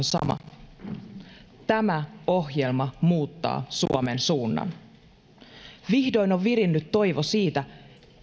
sama tämä ohjelma muuttaa suomen suunnan vihdoin on virinnyt toivo siitä